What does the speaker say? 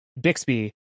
Bixby